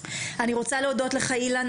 אני רוצה להודות לך אילן,